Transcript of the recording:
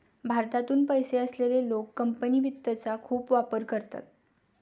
भारतातून पैसे असलेले लोक कंपनी वित्तचा खूप वापर करतात